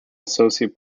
associate